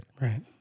Right